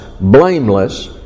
blameless